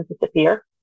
disappear